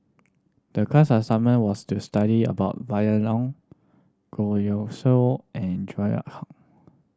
the class assignment was to study about Violet Oon Goh Siew and